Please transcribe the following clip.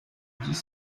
dix